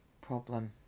problem